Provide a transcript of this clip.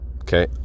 okay